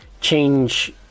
change